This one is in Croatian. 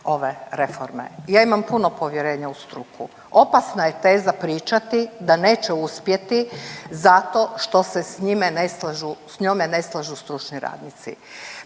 ove reforme, ja imam puno povjerenja u struku. Opasna je teza pričati da neće uspjeti zato što se s njime ne slažu, s njome